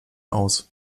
aus